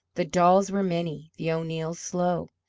the dolls were many, the o'neills slow.